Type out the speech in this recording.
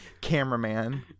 cameraman